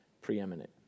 preeminent